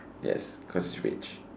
yes because he's rich